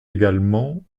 également